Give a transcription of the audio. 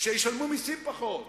שישלמו מסים פחות,